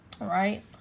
right